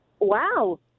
Wow